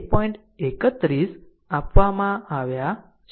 31 ampere આપવામાં આવે છે